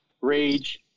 Rage